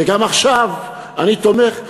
וגם עכשיו אני תומך,